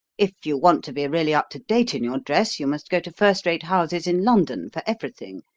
if you want to be really up to date in your dress, you must go to first-rate houses in london for everything.